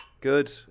Good